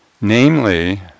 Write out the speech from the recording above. Namely